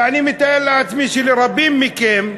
ואני מתאר לעצמכם שלרבים מכם,